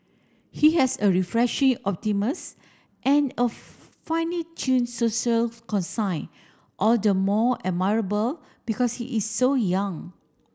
he has a refreshing and a finely tuned social all the more admirable because he is so young